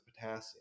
potassium